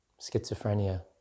schizophrenia